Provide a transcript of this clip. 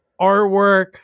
artwork